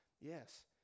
Yes